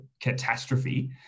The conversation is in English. catastrophe